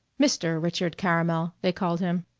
mr. richard caramel, they called him.